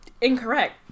incorrect